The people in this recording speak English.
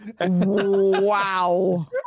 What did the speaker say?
Wow